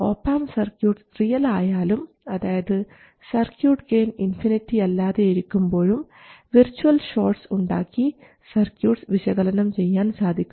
op amp circuits real ആയാലും അതായത് circuit gain infinity അല്ലാതെ ഇരിക്കുമ്പോഴും വിർച്ച്വൽ ഷോർട്സ് ഉണ്ടാക്കി സർക്യൂട്ട്സ് വിശകലനം ചെയ്യാൻ സാധിക്കും